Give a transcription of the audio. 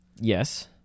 Yes